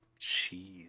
Jeez